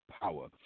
power